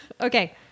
Okay